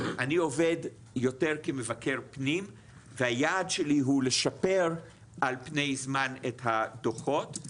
אני עובד יותר כמבקר פנים והיעד שלי הוא לשפר על פני זמן את הדו"חות.